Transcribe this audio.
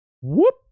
whoop